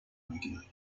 neugierig